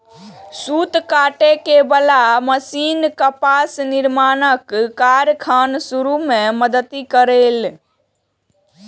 सूत काटे बला मशीन कपास निर्माणक कारखाना शुरू मे मदति केलकै